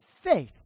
faith